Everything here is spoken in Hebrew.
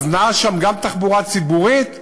נעה שם גם תחבורה ציבורית,